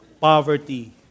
poverty